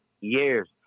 years